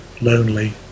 lonely